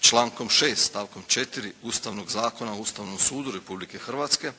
Člankom 6. stavkom 4. Ustavnog zakona o Ustavnom sudu Republike Hrvatske